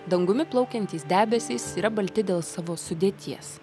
dangumi plaukiantys debesys yra balti dėl savo sudėties